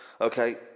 Okay